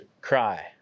cry